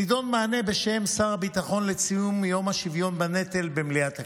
הנדון: מענה בשם שר הביטחון לציון יום השוויון בנטל במליאת הכנסת.